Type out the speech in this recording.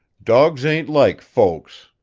dogs ain't like folks.